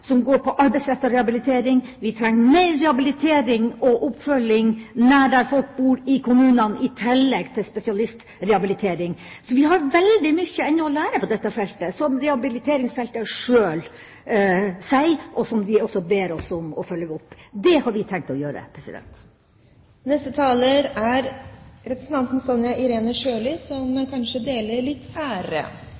som går på arbeidsrettet rehabilitering. Vi trenger mer rehabilitering og oppfølging nær der folk bor i kommunene, i tillegg til spesialistrehabilitering. Så vi har ennå veldig mye å lære på dette feltet, som rehabiliteringsfeltet sjøl sier, og som de også ber oss om å følge opp. Det har vi tenkt å gjøre. Neste taler er representanten Sonja Irene Sjøli, som